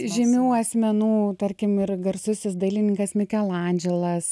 žymių asmenų tarkim ir garsusis dailininkas mikelandželas